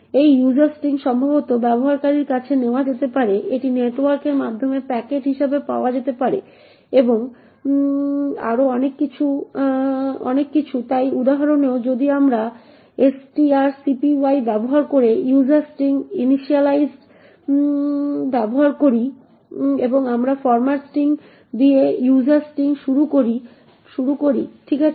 এই user string সম্ভবত ব্যবহারকারীর কাছ থেকে নেওয়া যেতে পারে এটি নেটওয়ার্কের মাধ্যমে প্যাকেট হিসাবে পাওয়া যেতে পারে এবং আরও অনেক কিছু তাই এই উদাহরণে যদিও আমরা strcpy ব্যবহার করে ইউজার স্ট্রিং ইনিশিয়ালাইজড ব্যবহার করি এবং আমরা এই ফরম্যাট স্ট্রিং দিয়ে ইউজার স্ট্রিং শুরু করি ঠিক আছে